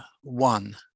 one